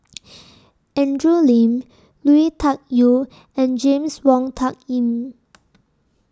Andrew Lee Lui Tuck Yew and James Wong Tuck Yim